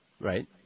Right